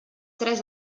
tres